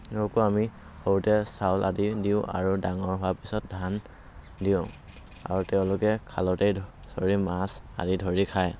কো আমি সৰুতে চাউল আদি দিওঁ আৰু ডাঙৰ হোৱাৰ পিছত ধান দিওঁ আৰু তেওঁলোকে খালতে চৰে মাছ আদি ধৰি খায়